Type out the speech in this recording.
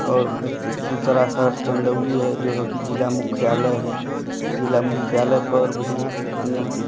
और दूसरा शहर चंदौली है जो है कि जिला मुख्यालय है जिला मुख्यालय पर भी अन्य